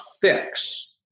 fix